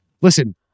Listen